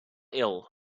ill